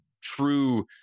true